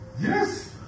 Yes